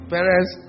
Parents